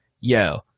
yo